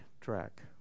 track